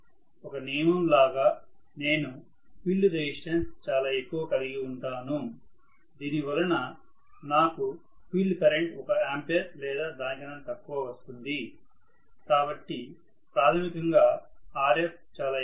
ఒక నియమం లాగా నేను ఫీల్డ్ రెసిస్టెన్స్ చాలా ఎక్కువ కలిగివుంటాను దీనివలన నాకు ఫీల్డ్ కరెంట్ ఒక ఆంపియర్ లేదా దాని కన్నా తక్కువ వస్తుంది కాబట్టి ప్రాథమికంగా Rf చాలా ఎక్కువ